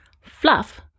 Fluff